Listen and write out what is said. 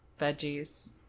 veggies